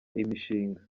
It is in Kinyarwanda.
imishinga